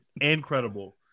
incredible